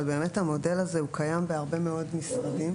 אבל המודל הזה באמת קיים בהרבה מאוד משרדים.